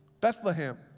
Bethlehem